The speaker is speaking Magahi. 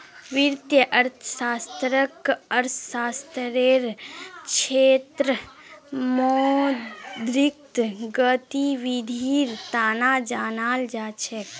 वित्तीय अर्थशास्त्ररक अर्थशास्त्ररेर क्षेत्रत मौद्रिक गतिविधीर तना जानाल जा छेक